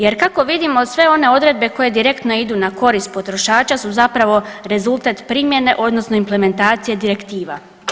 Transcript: Jer kako vidimo sve one odredbe koje direktno idu na korist potrošača su zapravo rezultat primjene, odnosno implementacije direktiva.